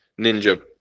ninja